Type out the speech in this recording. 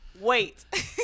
Wait